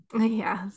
Yes